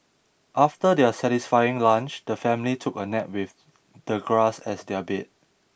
after their satisfying lunch the family took a nap with the grass as their bed